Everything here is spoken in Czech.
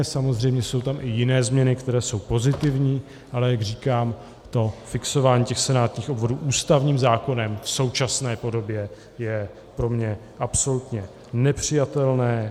Samozřejmě jsou tam i jiné změny, které jsou pozitivní, ale jak říkám, fixování senátních obvodů ústavním zákonem v současné podobě je pro mě absolutně nepřijatelné.